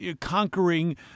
conquering